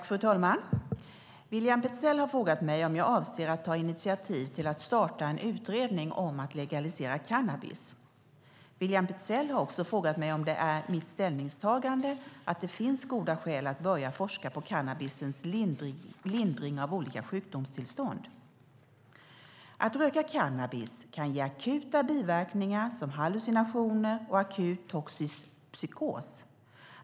Fru talman! William Petzäll har frågat mig om jag avser att ta initiativ till att starta en utredning om att legalisera cannabis. Han har också frågat mig om det är mitt ställningstagande att det finns goda skäl att börja forska på cannabisens lindring av olika sjukdomstillstånd. Att röka cannabis kan ge akuta biverkningar som hallucinationer och akut toxisk psykos.